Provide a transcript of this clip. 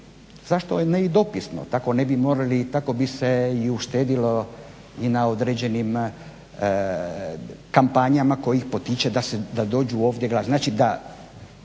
tako ne bi morali, tako bi se i uštedilo i na određenim kompanijama koji ih potiče da dođu ovdje glasati